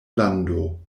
lando